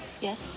Yes